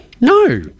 no